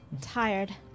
tired